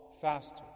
Faster